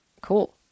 Cool